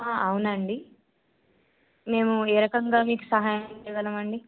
అవునండి మేము ఏ రకంగా మీకు సహాయం చేయగలమండి